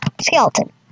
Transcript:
skeleton